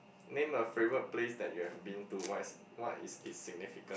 name a favourite place that you have been to what's what is insignificant